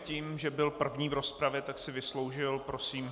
Tím, že byl první v rozpravě, tak si vysloužil... Prosím.